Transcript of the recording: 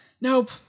Nope